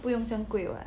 不用这样贵 [what]